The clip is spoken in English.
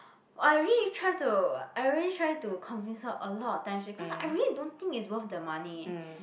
I really tried to I really tried to convince her a lot of time she cause I really don't think is worth the money